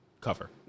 Cover